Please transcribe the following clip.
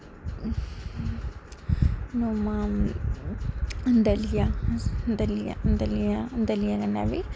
नौमां दलिया दलिया दलिया ऐ दलिया कन्नै बी